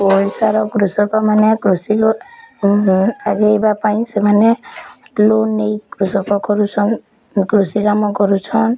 ଓଡ଼ିଶାର କୃଷକ ମାନେ କୃଷିକୁ ଆଗେଇବା ପାଇଁ ସେମାନେ ଲୋନ୍ ନେଇ କୃଷକ କରୁଛନ୍ କୃଷି କାମ କରୁଛନ୍